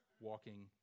walking